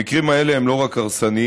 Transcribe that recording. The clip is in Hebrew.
המקרים האלה הם לא רק הרסניים,